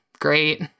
Great